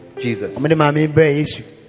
Jesus